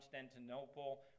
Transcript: Constantinople